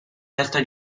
testa